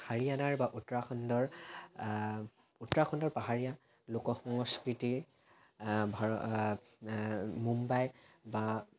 হাৰিয়ানাৰ বা উত্তৰাখণ্ডৰ উত্তৰাখণ্ডৰ পাহাৰীয়া লোক সংস্কৃতি ভাৰ মুম্বাই বা